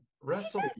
wrestle